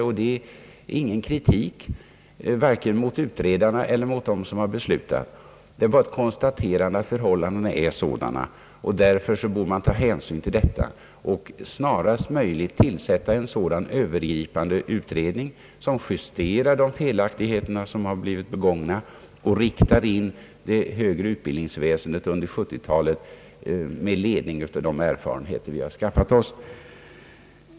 Det är inte fråga om någon kritik vare sig mot utredarna eller mot dem som beslutat, utan bara ett konstaterande av att förhållandena är sådana. Därför borde man ta hänsyn till detta och snarast möjligt tillsätta en sådan övergripande utredning som justerar begångna felaktigheter och riktar in det högre utbildningsväsendet under 1970-talet med ledning av de erfarenheter vi har skaffat oss.